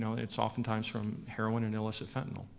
it's oftentimes from heroin and illicit fentanyl.